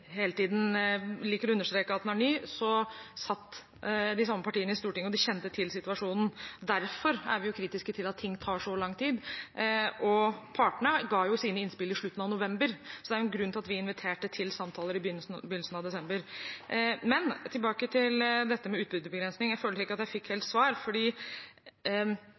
den er ny, satt de samme partiene i Stortinget, og de kjente til situasjonen. Derfor er vi kritisk til at ting tar så lang tid. Partene ga sine innspill i slutten av november, så det er en grunn til at vi inviterte til samtaler i begynnelsen av desember. Men tilbake til dette med utbyttebegrensning, for jeg føler ikke at jeg fikk helt svar.